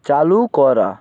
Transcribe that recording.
চালু করা